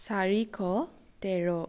চাৰিশ তেৰ